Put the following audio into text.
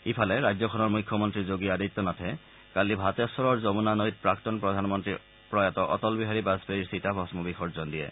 ইফালে ৰাজ্যখনৰ মুখ্যমন্ত্ৰী যোগী আদিত্যনাথে কালি ভাটেধৰৰ যমুনা নৈত প্ৰাক্তন প্ৰধানমন্ত্ৰী প্ৰয়াত অটল বিহাৰী বাজপেয়ীৰ চিতাভস্ম বিসৰ্জন দিয়ে